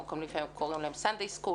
לפעמים קוראים להם Sunday school.